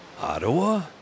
Ottawa